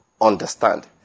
understand